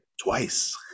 Twice